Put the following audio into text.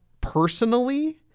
personally